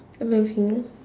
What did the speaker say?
uh loving